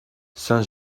saint